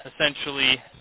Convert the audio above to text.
essentially